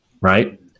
Right